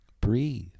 breathe